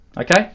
okay